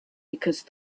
because